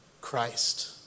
Christ